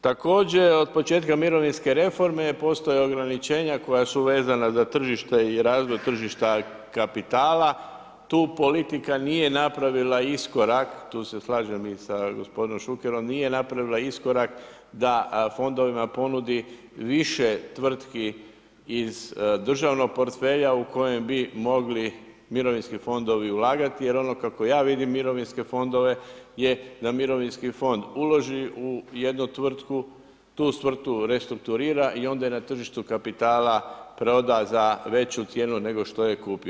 Također od početka mirovinske reforme postoje ograničenja koja su vezana za tržište i razvoj tržišta kapitala, tu politika nije napravila iskorak, tu se slažem i sa gospodinom Šukerom, nije napravila iskorak da fondovima ponudi više tvrtki iz državnog portfelja u kojem bi mogli mirovinski fondovi ulagati, jer ono kako ja vidim mirovinske fondove je da mirovinski fond uloži u jednu tvrtku, tu tvrtku restrukturira i onda je na tržištu kapitala proda za veću cijenu nego što je kupio.